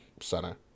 Center